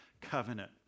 covenant